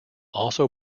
also